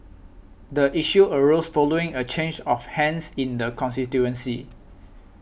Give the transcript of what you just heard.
the issue arose following a change of hands in the constituency